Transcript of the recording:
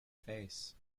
face